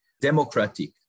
democratic